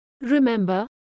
Remember